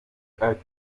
edgar